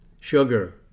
sugar